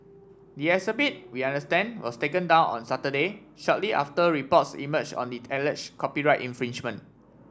the exhibit we understand was taken down on Saturday shortly after reports emerge on the copyright infringement